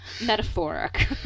metaphoric